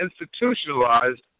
institutionalized